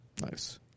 Nice